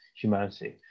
humanity